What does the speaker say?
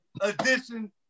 edition